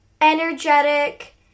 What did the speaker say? energetic